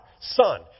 Son